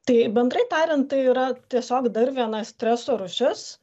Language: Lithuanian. tai bendrai tariant tai yra tiesiog dar viena streso rūšis